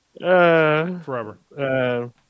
forever